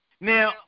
Now